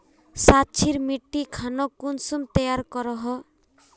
क्षारी मिट्टी खानोक कुंसम तैयार करोहो?